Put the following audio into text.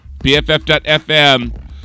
BFF.FM